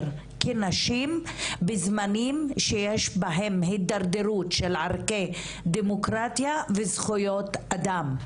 כנשים בזמנים שיש בהם התדרדרות של ערכי דמוקרטיה וזכויות אדם.